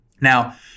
Now